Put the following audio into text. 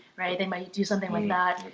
right? they might do something like that.